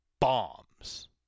bombs